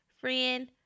friend